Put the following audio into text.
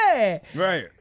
Right